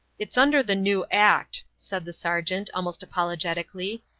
it's under the new act, said the sergeant, almost apologetically.